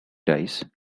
rice